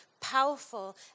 powerful